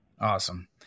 Awesome